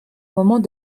moment